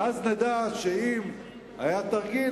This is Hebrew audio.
ואז נדע שאם היה תרגיל,